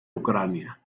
ucrania